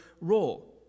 role